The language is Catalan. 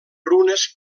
runes